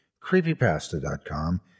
creepypasta.com